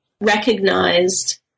recognized